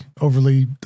overly